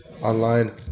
online